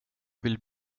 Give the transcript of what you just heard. vill